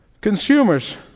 Consumers